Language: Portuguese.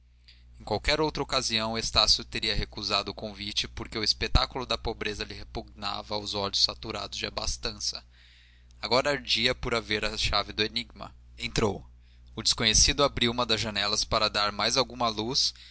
em qualquer outra ocasião estácio teria recusado o convite porque o espetáculo da pobreza lhe repugnava aos olhos saturados de abastança agora ardia por haver a chave do enigma entrou o desconhecido abriu uma das janelas para dar mais alguma luz